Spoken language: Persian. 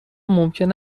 ممکن